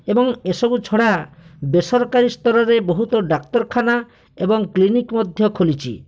ଏବଂ ଏସବୁ ଛଡ଼ା ବେସରକାରୀ ସ୍ତରରେ ବହୁତ ଡାକ୍ତରଖାନା ଏବଂ କ୍ଲିନିକ୍ ମଧ୍ୟ ଖୋଲିଛି